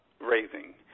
raising